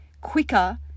quicker